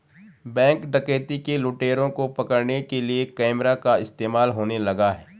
Bank डकैती के लुटेरों को पकड़ने के लिए कैमरा का इस्तेमाल होने लगा है?